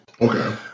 okay